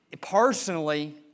personally